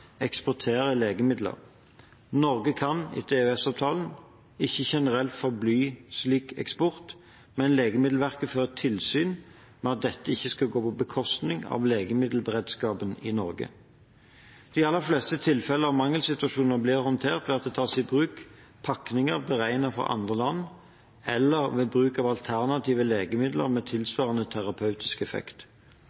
legemidler. Norge kan, etter EØS-avtalen, ikke generelt forby slik eksport, men Legemiddelverket fører tilsyn med at dette ikke skal gå på bekostning av legemiddelberedskapen i Norge. De aller fleste tilfeller av mangelsituasjoner blir håndtert ved at det tas i bruk pakninger beregnet for andre land, eller ved bruk av alternative legemidler med